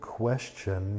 question